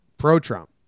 Pro-Trump